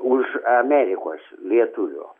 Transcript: už amerikos lietuvio